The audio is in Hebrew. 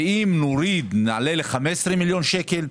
ואם נוריד, נעלה ל-15 מיליון שקלים,